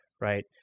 right